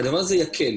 והדבר הזה יקל.